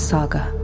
Saga